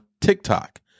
TikTok